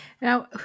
Now